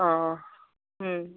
अह उम